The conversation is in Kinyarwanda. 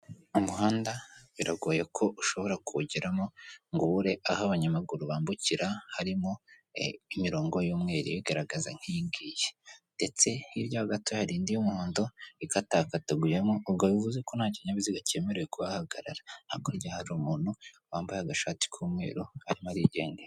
Umuhanda biragoye ko ushobora kuwugeramo ngo ubure aho abanyamaguru bambukira, harimo imirongo y'umweru ibigaragaza nk'iyingiyi, ndetse hirya yaho gato hari indi y'umuhondo, ikatakataguyemo, ubwo bivuze ko nta kinyabiziga cyemerewe kuhahagarara, hakurya hari umuntu wambaye agashati k'umweru arimo arigendera.